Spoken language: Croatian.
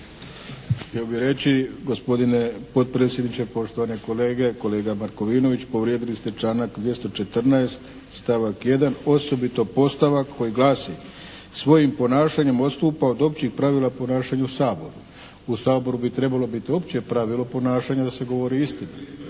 bih reći gospodine potpredsjedniče, poštovane kolege, kolega Markovinović povrijedili ste članak 214. stavak 1. osobito podstavak koji glasi: "svojim ponašanjem odstupa od općih pravila ponašanja u Saboru." U Saboru bi trebalo biti opće pravilo ponašanja da se govori istina